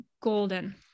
golden